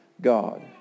God